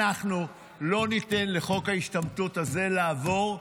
אנחנו לא ניתן לחוק ההשתמטות הזה לעבור,